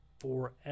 forever